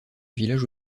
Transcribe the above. village